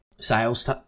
sales